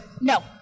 No